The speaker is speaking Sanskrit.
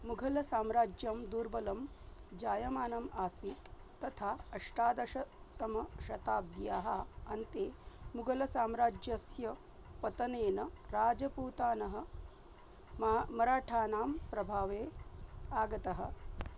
मुघलसाम्राज्यं दुर्बलं जायमानम् आसीत् तथा अष्टादशततमशताब्देः अन्ते मुगलसाम्राज्यस्य पतनेन राजपूतानः मा मराठानां प्रभावे आगतः